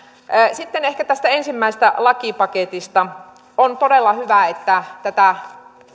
sitten ehkä tästä ensimmäisestä lakipaketista on todella hyvä että tätä